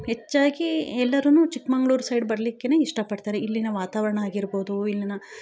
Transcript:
ಹೆಚ್ಚಾಗಿ ಎಲ್ಲರೂ ಚಿಕ್ಕಮಗಳೂರು ಸೈಡ್ ಬರಲಿಕ್ಕೆಯೇ ಇಷ್ಟ ಪಡ್ತಾರೆ ಇಲ್ಲಿಯ ವಾತಾವರಣ ಆಗಿರಬೌದು ಇಲ್ಲಿನ